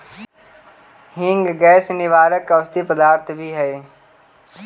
हींग गैस निवारक औषधि पदार्थ भी हई